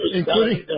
including